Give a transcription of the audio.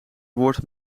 woord